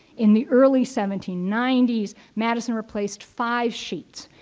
in the early seventeen ninety s, madison replaced five sheets.